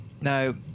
Now